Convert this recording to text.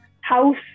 house